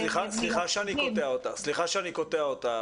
סליחה שאני קוטע אותך,